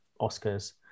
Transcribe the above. Oscars